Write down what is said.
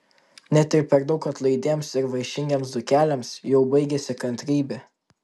net ir per daug atlaidiems ir vaišingiems dzūkeliams jau baigiasi kantrybė